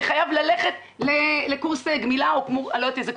חייב ללכת לקורס גמילה או משהו כזה.